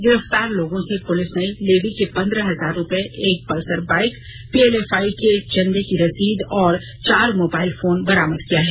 गिरफ्तार लोगों र्स पुलिस ने लेवी के पन्द्रह हजार रूपये एक पल्सर बाईक पीएलएफआइ के चंदे की रसीद और चार मोबाईल फोन बरामद किया है